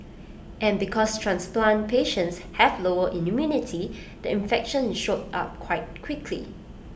and because transplant patients have lower immunity the infection showed up quite quickly